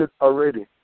already